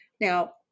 Now